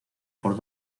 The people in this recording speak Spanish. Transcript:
por